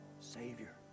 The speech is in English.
Savior